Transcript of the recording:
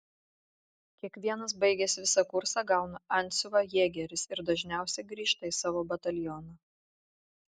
kiekvienas baigęs visą kursą gauna antsiuvą jėgeris ir dažniausiai grįžta į savo batalioną